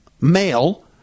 male